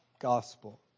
gospel